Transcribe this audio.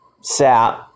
sat